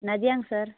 நதியாங்க sir